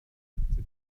akzeptiere